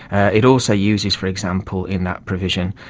and it also uses, for example, in that provision,